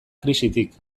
krisitik